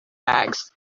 bags